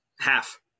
half